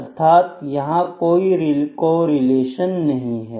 अर्थात यहां कोई कोरिलेशन नहीं है